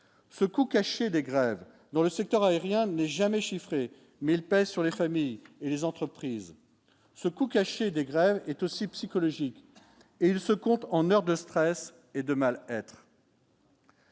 ce coût caché des grèves dans le secteur aérien ne jamais chiffré mais il pèse sur les familles et les entreprises, ce coût caché des grèves est aussi psychologique et il se compte en heures de stress et de mal être.